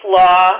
law